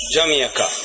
Jamaica